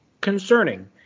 concerning